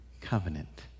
covenant